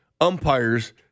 umpires